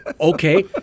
okay